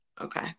Okay